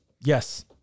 Yes